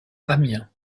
amiens